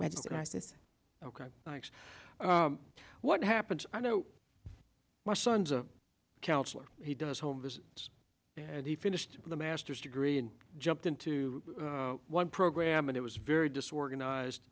lot ok thanks what happens i know my son's a counselor he does home visits and he finished with a masters degree and jumped into one program and it was very disorganized